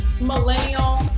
millennial